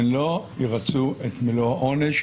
הן לא ירצו את מלוא העונש,